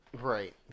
Right